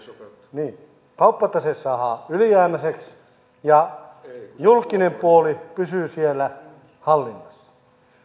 niin kauppatase saadaan ylijäämäiseksi ja julkinen puoli pysyy siellä hallinnassa